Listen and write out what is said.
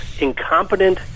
incompetent